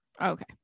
okay